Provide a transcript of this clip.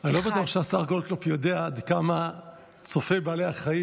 אני לא בטוח שהשר גולדקנופ יודע עד כמה פעילי בעלי החיים